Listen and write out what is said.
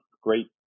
great